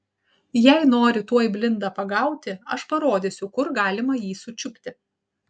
jei nori tuoj blindą pagauti aš parodysiu kur galima jį sučiupti